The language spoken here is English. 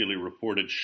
reported